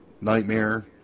Nightmare